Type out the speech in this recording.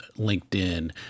LinkedIn